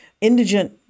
indigent